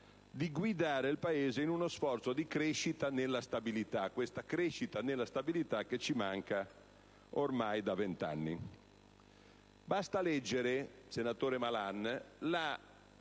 di guidare il Paese in uno sforzo di crescita nella stabilità; crescita nella stabilità che ci manca ormai da venti anni. Basta leggere, senatore Malan, la